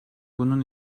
bunun